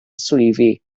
swyddi